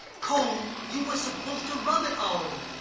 cole, you was supposed to rub it on!